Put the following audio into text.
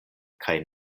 kaj